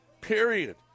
Period